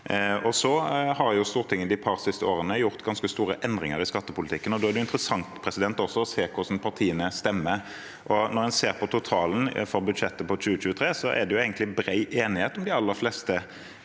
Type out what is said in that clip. Stortinget har de siste par årene gjort ganske store endringer i skattepolitikken. Da er det også interessant å se hvordan partiene stemmer. Når en ser på totalen for budsjettet for 2023, er det egentlig bred enighet om de aller fleste